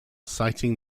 sighting